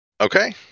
Okay